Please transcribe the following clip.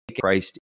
Christ